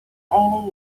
عین